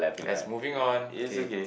yes moving on okay